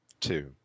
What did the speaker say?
Two